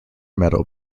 meadow